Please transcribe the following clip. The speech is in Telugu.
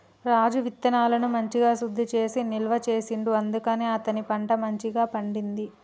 రాజు విత్తనాలను మంచిగ శుద్ధి చేసి నిల్వ చేసిండు అందుకనే అతని పంట మంచిగ పండింది